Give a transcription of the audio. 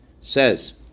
says